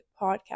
podcast